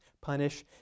punish